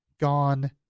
gone